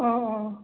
অঁ অঁ